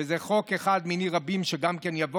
וזה חוק אחד מני רבים שיבואו,